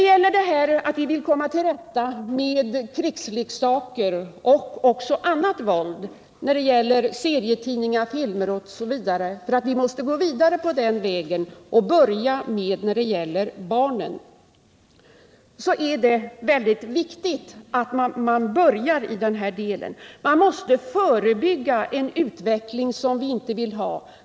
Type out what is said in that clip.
När det gäller att komma till rätta med krigsleksaker och annat våld i serietidningar, filmer osv. är det viktigt att man börjar i den här delen. Vi måste förebygga en utveckling som vi inte vill ha.